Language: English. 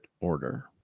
order